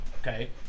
Okay